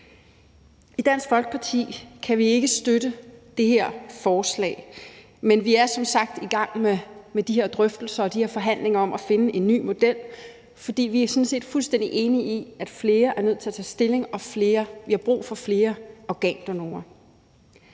I Dansk Folkeparti kan vi ikke støtte det her forslag, men vi er som sagt i gang med de her drøftelser og de her forhandlinger om at finde en ny model, for vi er sådan set fuldstændig enige i, at flere er nødt til at tage stilling, og at vi har brug for flere organdonorer.